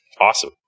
Awesome